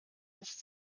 nicht